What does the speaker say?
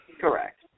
Correct